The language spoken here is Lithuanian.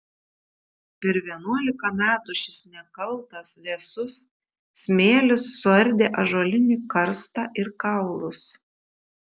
per vienuolika metų šis nekaltas vėsus smėlis suardė ąžuolinį karstą ir kaulus